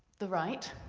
the right,